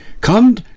come